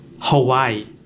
Hawaii